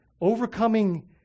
overcoming